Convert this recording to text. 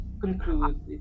conclude